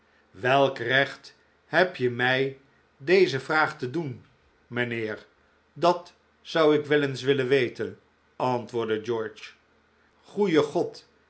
welk recht heb je mij deze vraag te doen mijnheer dat zou ik wel eens willen weten antwoordde george goeie god